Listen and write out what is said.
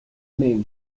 mains